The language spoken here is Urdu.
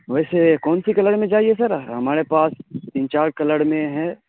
ویسے کون سی کلر میں چاہیے سر ہمارے پاس تین چار کلر میں ہے